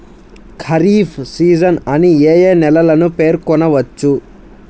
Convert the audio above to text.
Kharif season అని ఏ ఏ నెలలను పేర్కొనవచ్చు?